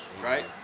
right